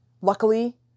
Luckily